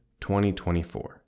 2024